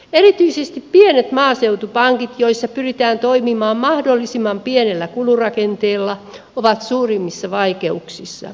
erityisesti pienet maaseutupankit joissa pyritään toimimaan mahdollisimman pienellä kulurakenteella ovat suurimmissa vaikeuksissa